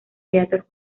teatros